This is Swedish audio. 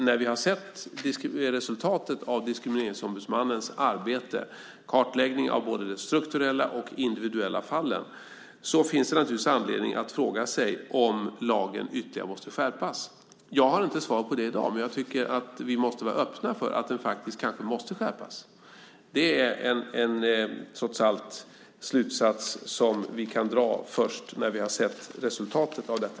När vi har sett resultatet av Diskrimineringsombudsmannens arbete, en kartläggning av både de strukturella och de individuella fallen, finns det naturligtvis anledning att fråga sig om lagen ytterligare måste skärpas. Jag har inte svar på det i dag, men jag tycker att vi måste vara öppna för att den kanske faktiskt måste skärpas. Det är trots allt en slutsats som vi kan dra först när vi har sett resultatet av detta.